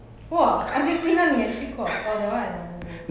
!wah! argentina 你也去过 orh that one I never go